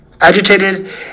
agitated